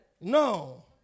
No